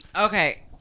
okay